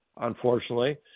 unfortunately